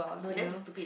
no that's a stupid